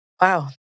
Wow